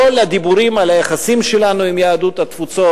כל הדיבורים על היחסים שלנו עם יהדות התפוצות,